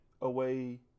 away